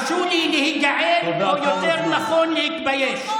הרשו לי להיגעל, או יותר נכון להתבייש.